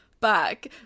back